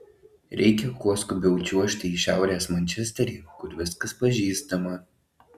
reikia kuo skubiau čiuožti į šiaurės mančesterį kur viskas pažįstama